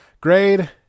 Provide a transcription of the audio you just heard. Grade